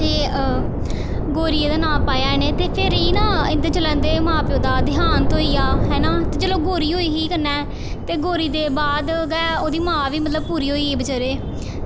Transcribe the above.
ते गौरी एह्दा नांऽ पाया इ'नें ते फिर एह् ना इं'दे जेल्लै इं'दे मां प्यो दा देहांत होई गेआ ते है ना ते ओह् जेल्लै ते गौरी होई कन्नै ते गौरी दे बाद गै ओह्दी मां बी मतलब पूरी होई गेई बेचारे